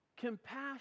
Compassion